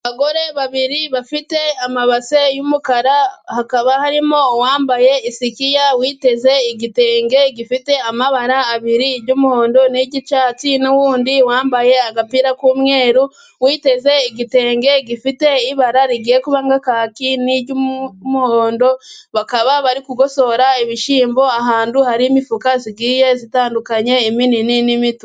Abagore babiri bafite amabase y'umukara, hakaba harimo uwambaye isikiya, witeze igitenge gifite amabara abiri y'umuhondo niryi yatsi n' wundi wambaye agapira k'umweru, witeze igitenge gifite ibara rigiye kuba nk'kaki n'iry'umuhondo, bakaba bari kugosora ibishyimbo, ahantu hari imifuka zigiye zitandukanye iminini n'imito.